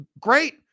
great